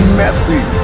messy